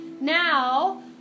Now